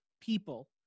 people